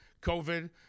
COVID